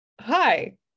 Hi